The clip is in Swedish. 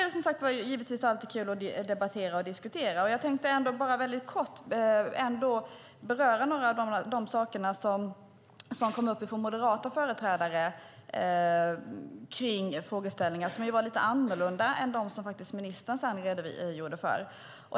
Det är givetvis alltid kul att diskutera och debattera, och jag tänkte kort beröra några av de saker som togs upp av moderata företrädare kring frågeställningen och som var lite annorlunda än de som ministern redogjorde för.